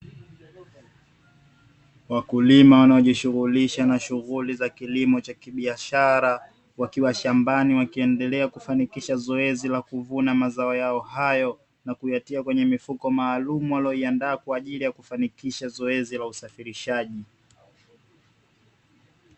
Wakulma wanaojishughulisha na shughuli za kilimo cha kibiashara wakiwa shambani wakiendelea kufanikisha zoezi la kuvuna mazao yao hayo, na kuyatia kwenye mifuko maalumu waliyoiandaa kwa ajili ya kufanikisha zoezi la usafirishaji.